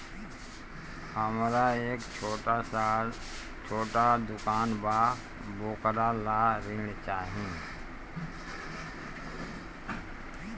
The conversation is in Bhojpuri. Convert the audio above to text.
हमरा एक छोटा दुकान बा वोकरा ला ऋण चाही?